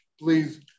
please